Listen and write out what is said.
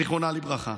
זיכרונה לברכה,